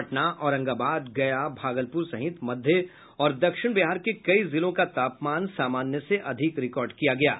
पटना औरंगाबाद गया भागलपुर सहित मध्य और दक्षिण बिहार के कई जिलों का तापमान सामान्य से अधिक रिकॉर्ड किया गया है